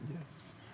Yes